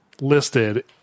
listed